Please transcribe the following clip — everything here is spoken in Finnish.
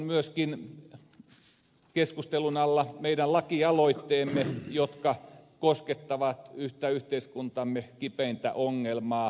tänään tässä keskustelun alla on myöskin meidän lakialoitteemme jotka koskettavat yhtä yhteiskuntamme kipeintä ongelmaa